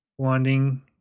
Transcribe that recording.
wanding